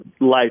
life